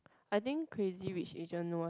I think Crazy Rich Asian was